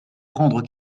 prendre